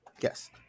yes